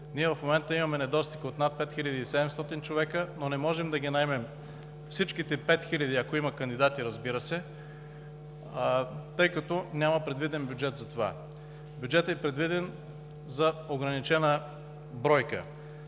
Ние в момента имаме недостиг от над 5700 човека, но не можем да ги наемем всичките пет хиляди, ако има кандидати, разбира се, тъй като няма предвиден бюджет за това. Бюджетът е предвиден за ограничена бройка.